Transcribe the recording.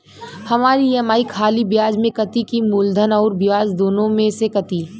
हमार ई.एम.आई खाली ब्याज में कती की मूलधन अउर ब्याज दोनों में से कटी?